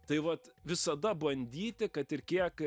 tai vat visada bandyti kad ir kiek